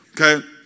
Okay